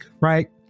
right